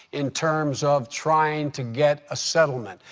in terms of trying to get a settlement.